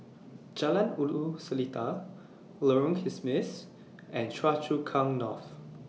Jalan Ulu Seletar Lorong Kismis and Choa Chu Kang North